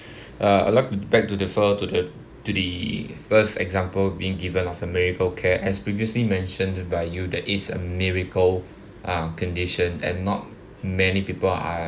uh I'd like to beg to differ to the to the first example being given of a miracle care as previously mentioned by you that is a miracle uh condition and not many people are